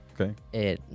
Okay